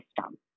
system